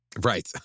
Right